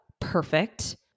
perfect